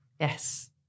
Yes